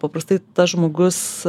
paprastai tas žmogus